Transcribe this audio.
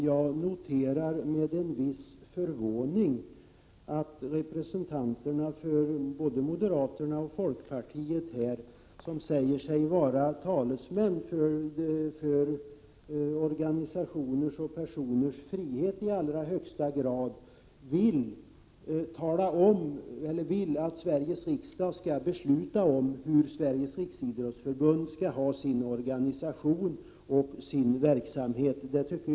Jag noterar med en viss förvåning att representanterna för både moderaterna och folkpartiet, som säger sig i allra högsta grad vara talesmän för organisationers och personers frihet, vill att Sveriges riksdag skall tala om för Sveriges riksidrottsförbund vilken organisation och vilken verksamhet det skall ha.